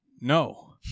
no